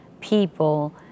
people